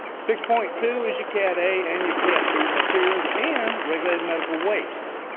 six point two is your cat a and your cat b materials, and regulated medical waste